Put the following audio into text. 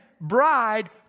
bride